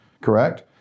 Correct